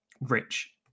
Rich